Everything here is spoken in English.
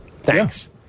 Thanks